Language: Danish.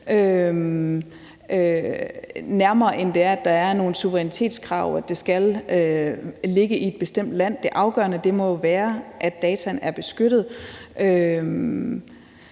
end det, at der er nogle suverænitetskrav, og at det skal ligge i et bestemt land. Det afgørende må jo være, at dataene er beskyttet.